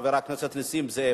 חבר הכנסת נסים זאב,